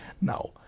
Now